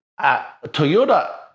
Toyota